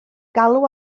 galw